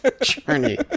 journey